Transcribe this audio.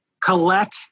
Colette